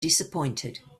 disappointed